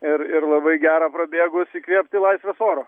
ir ir labai gera prabėgus įkvėpti laisvės oro